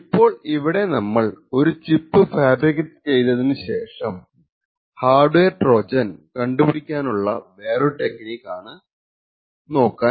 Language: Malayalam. ഇപ്പോൾ ഇവിടെ നമ്മൾ ഒരു ചിപ്പ് ഫാബ്രിക്കേറ്റ് ചെയ്തതിനു ശേഷം ഹാർഡ്വെയർ ട്രോജൻ കണ്ടുപിടിക്കുന്നതിനുള്ള വേറൊരു ടെക്നിക് നോക്കാം